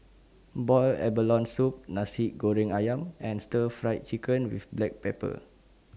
boiled abalone Soup Nasi Goreng Ayam and Stir Fried Chicken with Black Pepper